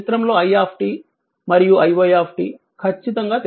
ఈ చిత్రంలో i మరియు iy ఖచ్చితంగా తెలుసుకొనండి